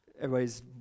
everybody's